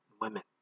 women